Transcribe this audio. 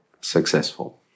successful